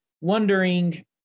wondering